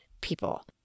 people